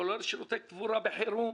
כולל שירותי קבורה בחירום.